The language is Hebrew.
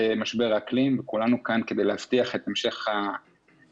משבר אקלים וכולנו כאן כדי להבטיח את המשך החיים